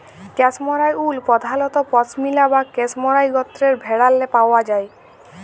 cashmere wool পধালত পশমিলা বা ক্যাসমোয়ার গত্রের ভেড়াল্লে পাউয়া যায়